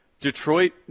Detroit